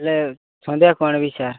ହେଲେ ସନ୍ଧ୍ୟାକୁ ଆଣିବି ସାର୍